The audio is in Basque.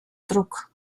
truk